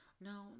no